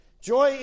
Joy